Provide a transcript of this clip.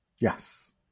Yes